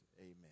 Amen